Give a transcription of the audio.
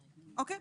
אוקיי.